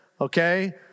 Okay